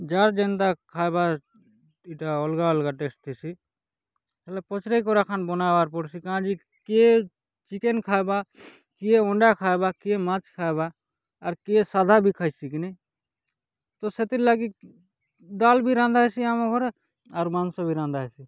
ଯାହାର ଯେନ୍ତା ଖାଇବା ଏଇଟା ଅଲଗା ଅଲଗା ଟେଷ୍ଟ୍ ହେସି ହେଲେ ପଛରେ ଗରାଖାନ୍ ବନାଁବାର୍ ପଡ଼ୁଛି କାଁ ଯି କିଏ ଟିକେନ ଖାଇବା କିଏ ଅଣ୍ଡା ଖାଇବା କିଏ ମାଛ୍ ଖାଇବା ଆର୍ କିଏ ସାଧା ବି ଖାଇ ଶିଖିନି ତ ସେଥିଲାଗି ଡାଲ୍ ବି ରାନ୍ଧାସି ଆମ ଘରେ ଆର୍ ମାଂସ ବି ରନ୍ଧା ହେସି